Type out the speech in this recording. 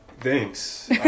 Thanks